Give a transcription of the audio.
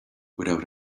without